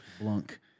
blunk